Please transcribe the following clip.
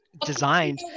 Designed